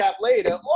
later